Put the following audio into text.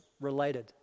related